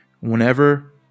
Whenever